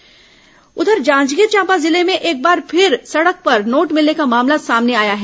Janjgir note Janjgir Champa जिले में एक बार फिर सड़क पर नोट मिलने का मामला सामने आया है